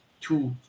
two